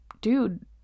dude